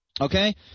okay